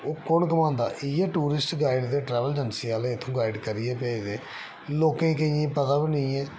ओह् कु'न घुमांदा इ'यै टूरिस्ट गाइड ते ट्रैवल एजेंसी आह्ले इत्थूं गाइड करियै भेजदे लोकें गी केइयें गी पता बी नेईं ऐ